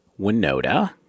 Winoda